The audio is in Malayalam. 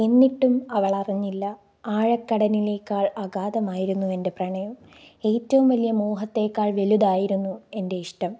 എന്നിട്ടും അവളറിഞ്ഞില്ല ആഴകടലിനെക്കാൾ അഗാതമായിരുന്നു എൻറ്റെ പ്രണയം ഏറ്റവും വലിയ മോഹത്തേക്കാൾ വലുതായിരുന്നു എൻറ്റെ ഇഷ്ടം